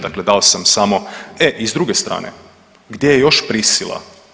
Dakle dao samo, e i s druge strane, gdje je još prisila?